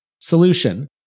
Solution